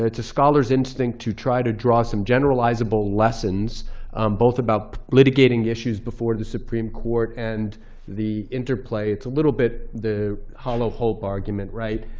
scholar's instinct to try to draw some generalizable lessons both about litigating issues before the supreme court and the interplay. it's a little bit the hollow hope argument, right?